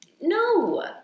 no